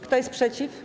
Kto jest przeciw?